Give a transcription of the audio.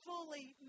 fully